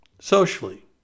Socially